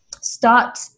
Start